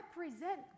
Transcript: represent